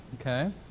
Okay